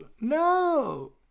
no